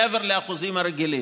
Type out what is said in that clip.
מעבר לאחוזים הרגילים.